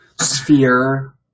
sphere